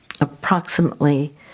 approximately